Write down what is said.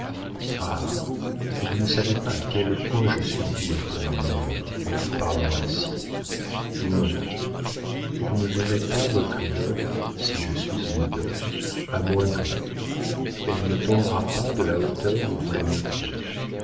vous ne savez pas à quel point je suis dure pour moi-même en vous parlant ainsi non vous ne verrez pas votre idole si je suis une idole amoindrie elle ne tombera pas de la hauteur où vous la mettez